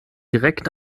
direkt